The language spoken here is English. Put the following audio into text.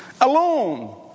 Alone